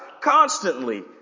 constantly